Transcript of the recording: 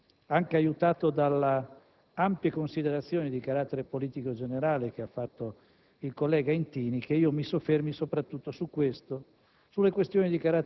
che non è attraverso la sola dimensione militare che si può arrivare ad una soluzione per questi problemi e per questo Paese. Credo però sia giusto,